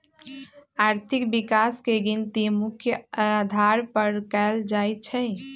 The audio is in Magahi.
आर्थिक विकास के गिनती मुख्य अधार पर कएल जाइ छइ